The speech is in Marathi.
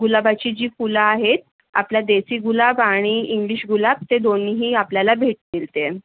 गुलाबाची जी फुलं आहेत आपला देसी गुलाब आणि इंग्लिश गुलाब ते दोन्हीही आपल्याला भेटतील ते